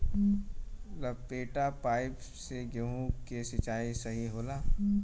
लपेटा पाइप से गेहूँ के सिचाई सही होला?